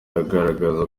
agaragaza